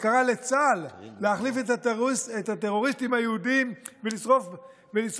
שקרא לצה"ל להחליף את הטרוריסטים היהודים ושצה"ל